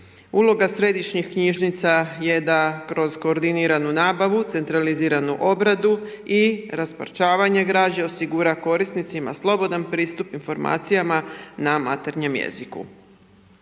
Uloga središnjih knjižnica je da kroz koordiniranu nabavu, centraliziranu obradu i rasparčavanje građe osigura korisnicima slobodan pristup informacijama na materinjem jeziku.